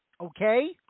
Okay